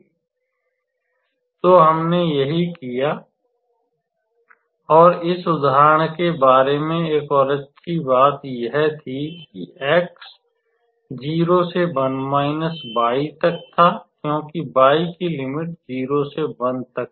तो हमने यही किया और इस उदाहरण के बारे में एक और अच्छी बात यह थी कि x 0 से 1 y तक था क्योंकि y की लिमिट 0 से 1 तक थी